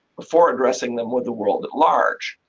before addressing them with the world at large.